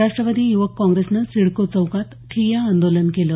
राष्ट्रवादी युवक काँग्रेसनं सिडको चौकात ठिय्या आंदोलन केलं